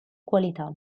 qualità